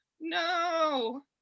no